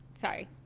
sorry